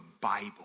Bible